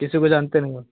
किसी को जानते नहीं हो